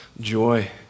joy